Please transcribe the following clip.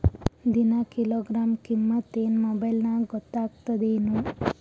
ದಿನಾ ಕಿಲೋಗ್ರಾಂ ಕಿಮ್ಮತ್ ಏನ್ ಮೊಬೈಲ್ ನ್ಯಾಗ ಗೊತ್ತಾಗತ್ತದೇನು?